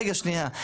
רגע, שנייה.